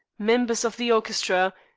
members of the orchestra,